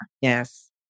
Yes